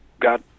got